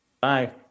Bye